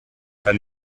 and